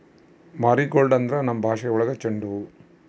marigold ಅಂದ್ರೆ ನಮ್ ಭಾಷೆ ಒಳಗ ಚೆಂಡು ಹೂವು